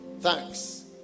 thanks